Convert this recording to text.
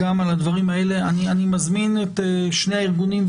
יש לכם תפקיד מאוד